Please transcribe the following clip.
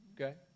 Okay